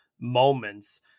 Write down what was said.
moments